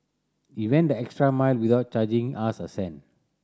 he went the extra mile without charging us a cent